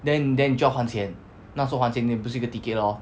then then 你就要还钱那时候还钱 then 你不是有一个 ticket lor